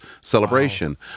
celebration